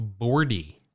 Bordy